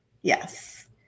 yes